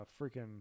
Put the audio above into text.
freaking